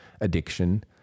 addiction